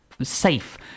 safe